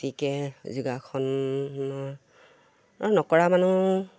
গতিকে যোগাসন নকৰা মানুহ